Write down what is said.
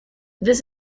this